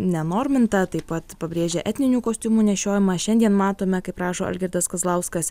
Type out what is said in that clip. nenormintą taip pat pabrėžia etninių kostiumų nešiojimą šiandien matome kaip rašo algirdas kazlauskas